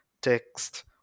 text